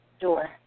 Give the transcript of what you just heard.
Sure